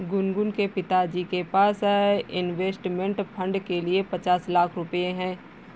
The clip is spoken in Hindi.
गुनगुन के पिताजी के पास इंवेस्टमेंट फ़ंड के लिए पचास लाख रुपए है